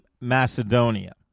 Macedonia